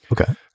Okay